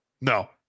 No